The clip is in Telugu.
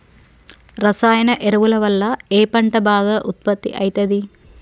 రసాయన ఎరువుల వల్ల ఏ పంట బాగా ఉత్పత్తి అయితది?